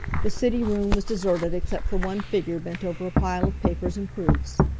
the city room was deserted except for one figure bent over a pile of papers and proofs.